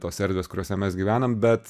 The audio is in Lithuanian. tos erdvės kuriose mes gyvenam bet